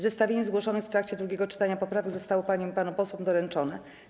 Zestawienie zgłoszonych w trakcie drugiego czytania poprawek zostało paniom i panom posłom doręczone.